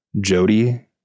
Jody